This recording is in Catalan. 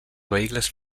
vehicles